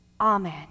Amen